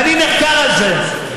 ואני נחקר על זה.